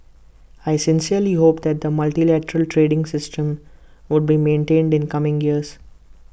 I sincerely hope that the multilateral trading system would be maintained in coming years